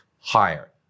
higher